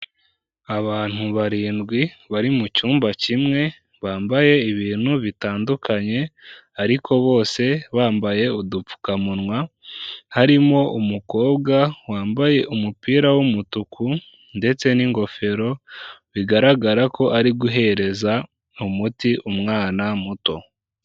Abantu barindwi, bari mu cyumba kimwe, bambaye ibintu bitandukanye ariko bose bambaye udupfukamunwa, harimo umukobwa wambaye umupira w'umutuku ndetse n'ingofero, bigaragara ko ari guhereza umuti umwana muto.